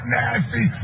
nasty